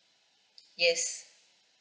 yes